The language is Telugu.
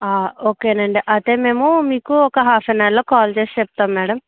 ఓకేనండి ఐతే మేము మీకు ఒక హాఫ్ అవర్లో కాల్ చేసి చెప్తాం మ్యాడం